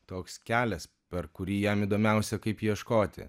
toks kelias per kurį jam įdomiausia kaip ieškoti